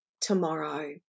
tomorrow